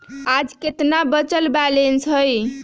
आज केतना बचल बैलेंस हई?